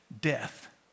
death